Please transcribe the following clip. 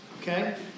okay